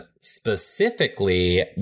specifically